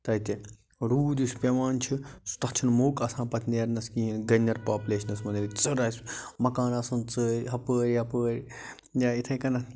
تَتہِ روٗد یُس پٮ۪وان چھُ تَتھ چھُنہٕ موقعہٕ آسان پتہٕ نیرنس کِہیٖنٛۍ گنٮ۪ر پاپلیشنس منٛز ییٚتہِ ژٔر آسہِ مَکان آسان ژٔر ہۄپٲرۍ یپٲرۍ یا اِتھَے کٔنۍ